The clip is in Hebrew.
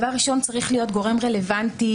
דבר ראשון, צריך להיות גורם רלוונטי,